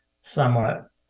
somewhat